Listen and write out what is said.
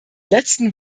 letzten